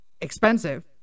expensive